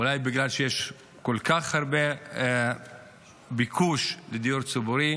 אולי בגלל שיש כל כך הרבה ביקוש לדיור ציבורי,